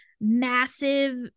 massive